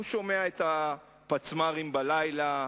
הוא שומע את הפצמ"רים בלילה,